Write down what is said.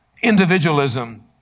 individualism